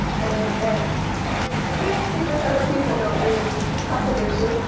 and and sixty percent of the people don't use katsuobushi,